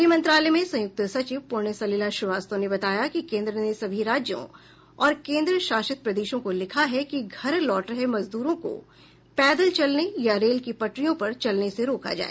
गृह मंत्रालय में संयुक्त सचिव पुण्य सलिला श्रीवास्तव ने बताया कि केंद्र ने सभी राज्यों और केंद्र शासित प्रदेशों को लिखा है कि घर लौट रहे मजदूरों को पैदल चलने या रेल की पटरियों पर चलने से रोका जाए